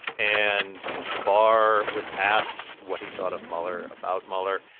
and barr was asked what he thought of mueller, about mueller.